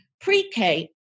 pre-K